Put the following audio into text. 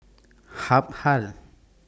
Habhal